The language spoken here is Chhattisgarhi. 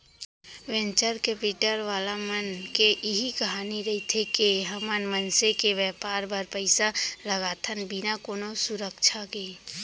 वेंचर केपिटल वाला मन के इही कहिना रहिथे के हमन मनसे के बेपार बर पइसा लगाथन बिना कोनो सुरक्छा के